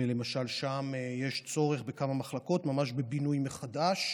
ולמשל שם יש צורך בכמה מחלקות ממש בינוי מחדש,